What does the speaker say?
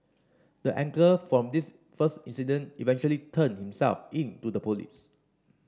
the angler from this first incident eventually turned himself in to the police